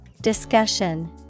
Discussion